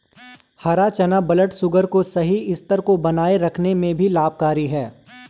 हरा चना ब्लडशुगर के सही स्तर को बनाए रखने में भी लाभकारी है